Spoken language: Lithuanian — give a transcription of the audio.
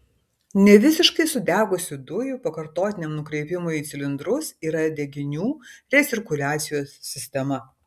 nevisiškai sudegusių dujų pakartotiniam nukreipimui į cilindrus yra deginių recirkuliacijos sistema